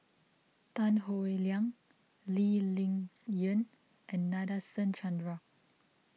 Tan Howe Liang Lee Ling Yen and Nadasen Chandra